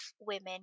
women